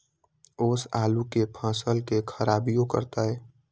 ओस आलू के फसल के खराबियों करतै?